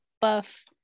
Buff